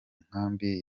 nkambi